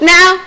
Now